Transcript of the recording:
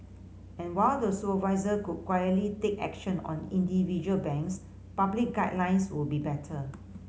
and while the supervisor could quietly take action on individual banks public guidelines would be better